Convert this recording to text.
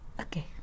Okay